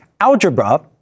algebra